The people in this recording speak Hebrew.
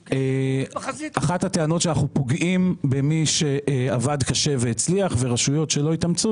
אחת הטענות היא שאנחנו פוגעים במי שעבד קשה והצליח ורשויות שלא התאמצו,